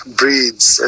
breeds